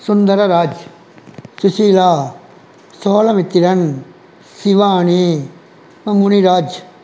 Sundararaj Susheela Solamithran Shivani Muniraj